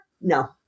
No